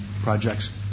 projects